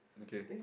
okay